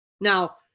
Now